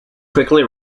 quickly